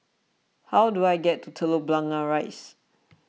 how do I get to Telok Blangah Rise